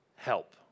help